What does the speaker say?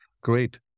great